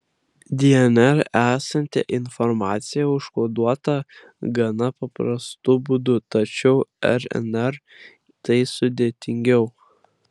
dnr esanti informacija užkoduota gana paprastu būdu tačiau rnr tai sudėtingiau